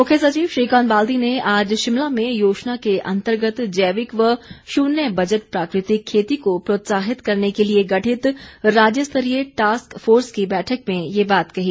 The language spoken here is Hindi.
मुख्य सचिव श्रीकांत बाल्दी ने आज शिमला में योजना के अंतर्गत जैविक व शून्य बजट प्राकृतिक खेती को प्रोत्साहित करने के लिए गठित राज्य स्तरीय टास्क फोर्स की बैठक में ये बात कही